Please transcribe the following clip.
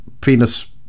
penis